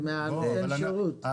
זה מנותן השירות.